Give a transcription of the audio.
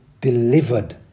delivered